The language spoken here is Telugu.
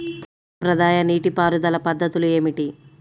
సాంప్రదాయ నీటి పారుదల పద్ధతులు ఏమిటి?